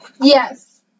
Yes